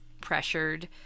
pressured